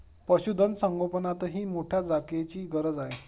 पशुधन संगोपनातही मोठ्या जागेची गरज आहे